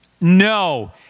no